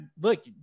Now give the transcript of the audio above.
look